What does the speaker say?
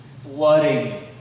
flooding